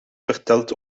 verteld